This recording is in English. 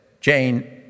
Jane